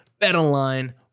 BetOnline